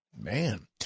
Man